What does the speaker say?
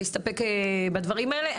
נסתפק בדברים האלה.